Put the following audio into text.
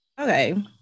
Okay